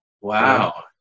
wow